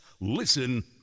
Listen